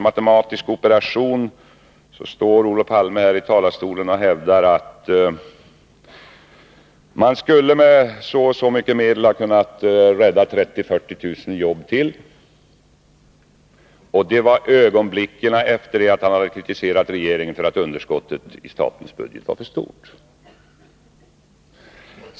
Ögonblicket efter det att Olof Palme hade kritiserat regeringen för att underskottet i statsbudgeten var för stort hävdade han i talarstolen att man med så och så mycket pengar hade kunnat rädda ytterligare 30 000-40 000 jobb.